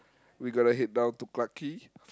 we gotta head down to Clarke-Quay